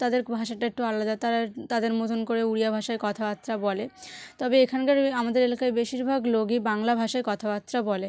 তাদের ভাষাটা একটু আলাদা তারা তাদের মতন করে উড়িয়া ভাষায় কথাবার্তা বলে তবে এখানকার আমাদের এলাকায় বেশিরভাগ লোকই বাংলা ভাষায় কথাবার্তা বলে